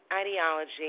ideology